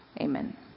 Amen